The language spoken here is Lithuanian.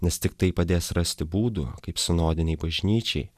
nes tik tai padės rasti būdų kaip sinodinei bažnyčiai